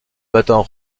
battant